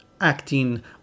acting